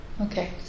Okay